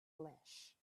flesh